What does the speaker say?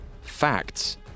Facts